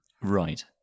Right